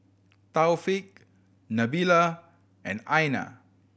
Taufik Nabila and Aina